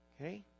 Okay